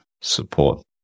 support